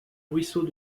ruisseau